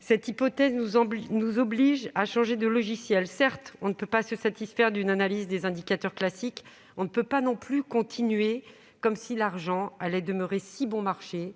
Cette hypothèse nous oblige à changer de logiciel : certes, on ne peut pas se satisfaire d'une analyse des indicateurs classiques, mais on ne peut pas non plus continuer à faire comme si l'argent allait demeurer si bon marché,